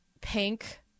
Pink